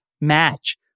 match